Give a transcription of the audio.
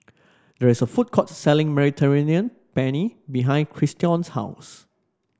there is a food court selling Mediterranean Penne behind Christion's house